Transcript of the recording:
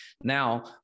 Now